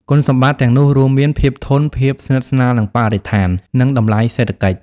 គុណសម្បត្តិទាំងនោះរួមមាន ភាពធន់ ភាពស្និទ្ធស្នាលនឹងបរិស្ថាន និងតម្លៃសេដ្ឋកិច្ច។